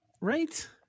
Right